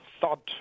thought